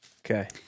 Okay